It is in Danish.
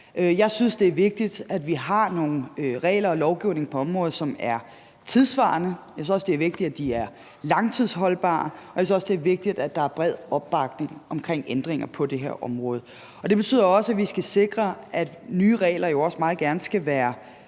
Jeg synes, det er vigtigt, at vi har nogle regler og en lovgivning på området, som er tidssvarende. Jeg synes også, det er vigtigt, at de er langtidsholdbare, og jeg synes også, det er vigtigt, at der er bred opbakning omkring ændringer på det her område. Det betyder jo også, at vi skal sikre, at nye regler også meget gerne skal være